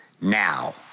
now